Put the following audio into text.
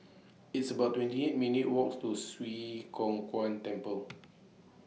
It's about twenty eight minutes' Walk to Swee Kow Kuan Temple